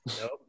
Nope